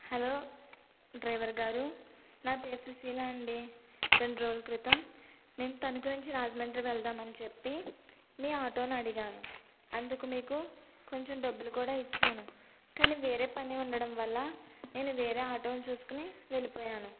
hello driver గారు నా పేరు సుశీల అండి రెండు రోజులు క్రితం నేను తణుకు నుంచి రాజమండ్రి వెళదాము అని చెప్పి మీ ఆటోను అడిగాను అందుకు మీకు కొంచెం డబ్బులు కూడా ఇచ్చాను కానీ వేరే పని ఉండటం వల్ల నేను వేరే ఆటోను చూసుకొని వెళ్ళిపోయాను